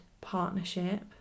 partnership